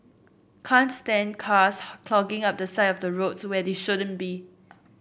can't stand cars clogging up the side of the roads where they shouldn't be